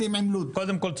אז קודם כל,